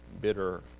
bitter